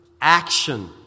action